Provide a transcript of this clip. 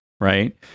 right